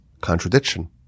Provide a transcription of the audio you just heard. contradiction